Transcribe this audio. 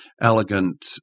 elegant